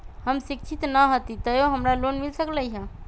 हम शिक्षित न हाति तयो हमरा लोन मिल सकलई ह?